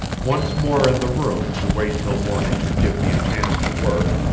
once more in the room to wait till morning should give me a chance to work,